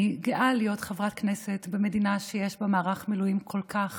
אני גאה להיות חברת כנסת במדינה שיש בה מערך מילואים כל כך